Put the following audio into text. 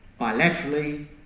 bilaterally